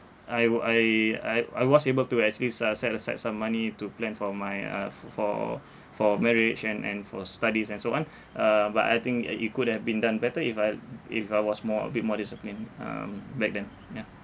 I wa~ I I I was able to actually s~ uh set aside some money to plan for my uh f~ for for marriage and and for studies and so on uh but I think ya it could have been done better if I if I was more a bit more disciplined um back then ya